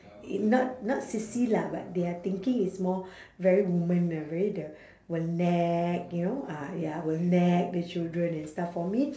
y~ not not sissy lah but their thinking is more very woman ah very the will nag you know ah ya will nag the children and stuff for me